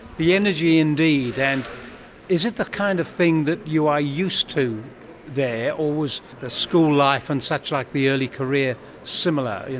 the energy indeed, and is it the kind of thing that you are used to there or was the school life and suchlike, the early career similar,